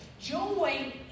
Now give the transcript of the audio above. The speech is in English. Joy